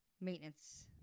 maintenance